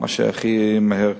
מה שהכי מהר.